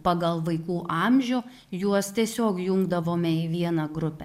pagal vaikų amžių juos tiesiog jungdavome į vieną grupę